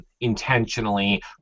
intentionally